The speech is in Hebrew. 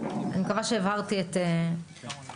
אני מקווה שהבהרתי את העמדה.